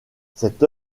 cette